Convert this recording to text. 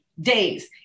days